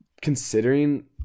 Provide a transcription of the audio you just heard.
considering